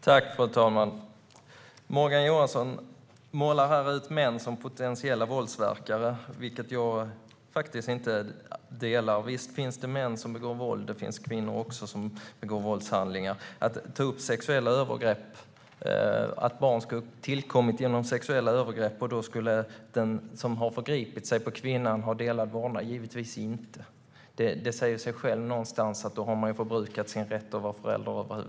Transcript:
Fru talman! Morgan Johansson målar upp män som potentiella våldsverkare. Det är en bild jag inte delar, men visst finns det män, och även kvinnor, som begår våldshandlingar. Givetvis ska män som har förgripit sig sexuellt på kvinnor inte ha delad vårdnad om de barn som tillkommit genom sexuella övergrepp. Det säger sig självt att man då har förbrukat sin rätt att vara förälder.